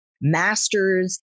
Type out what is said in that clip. master's